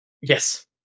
Yes